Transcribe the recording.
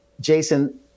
Jason